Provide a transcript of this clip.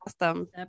awesome